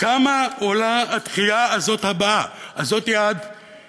כמה עולה הדחייה הזאת, הבאה, זאת שעד